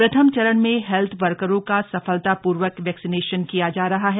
प्रथम चरण में हेल्थवर्करो का सफलतापूर्वक वैक्सीनैशन किया जा रहा है